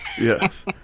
Yes